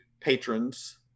patrons